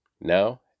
now